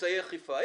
אמצעי אכיפה.